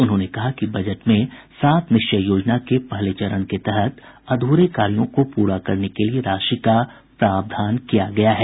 उन्होंने कहा कि बजट में सात निश्चय योजना के पहले चरण के तहत अधूरे कार्यों को पूरा करने के लिये राशि का प्रावधान किया गया है